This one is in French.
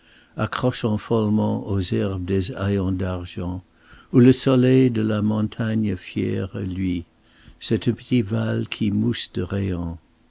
rivière accrochant follement aux herbes des haillons d'argent où le soleil de la montagne fière luit c'est un petit aval qui mousse de